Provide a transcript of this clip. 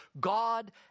God